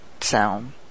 sound